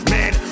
Man